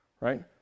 right